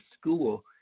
school